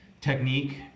technique